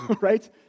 right